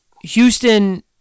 Houston